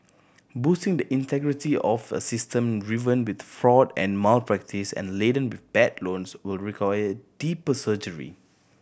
boosting the integrity of a system riven with fraud and malpractice and laden bad loans will require deeper surgery